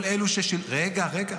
כל אלו, רגע, רגע.